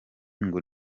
ngo